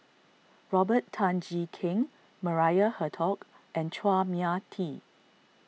Robert Tan Jee Keng Maria Hertogh and Chua Mia Tee